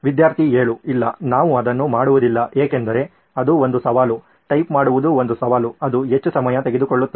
ವಿದ್ಯಾರ್ಥಿ 7 ಇಲ್ಲ ನಾವು ಅದನ್ನು ಮಾಡುವುದಿಲ್ಲ ಏಕೆಂದರೆ ಅದು ಒಂದು ಸವಾಲು ಟೈಪ್ ಮಾಡುವುದು ಒಂದು ಸವಾಲು ಅದು ಹೆಚ್ಚು ಸಮಯ ತೆಗೆದುಕೊಳ್ಳುತ್ತದೆ